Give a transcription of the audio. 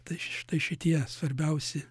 tai štai šitie svarbiausi